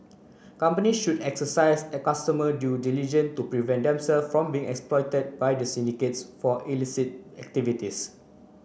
companies should exercise a customer due diligence to prevent themselves from being exploited by the syndicates for illicit activities